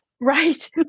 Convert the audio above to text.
Right